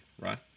Right